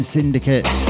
Syndicate